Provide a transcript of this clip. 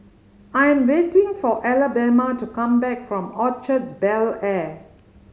I'm waiting for Alabama to come back from Orchard Bel Air